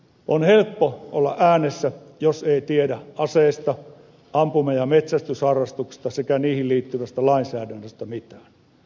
on helppo olla äänessä jos ei tiedä aseesta ampuma ja metsästysharrastuksesta sekä niihin liittyvästä lainsäädännöstä mitään